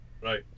right